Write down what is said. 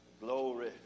Glory